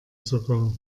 sogar